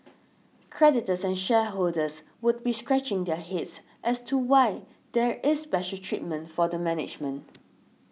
creditors and shareholders would be scratching their heads as to why there is special treatment for the management